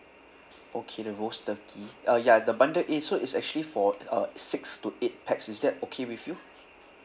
okay the roast turkey uh ya the bundle A so it's actually for uh six to eight pax is that okay with you